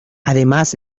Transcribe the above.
además